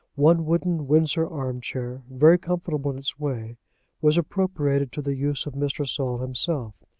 one wooden windsor arm-chair very comfortable in its way was appropriated to the use of mr. saul himself,